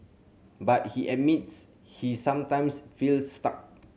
but he admits he sometimes feels stuck